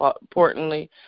importantly